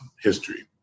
history